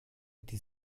die